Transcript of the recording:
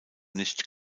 nicht